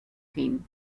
cream